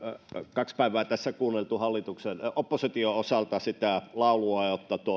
kaksi päivää on tässä kuunneltu opposition osalta sitä laulua että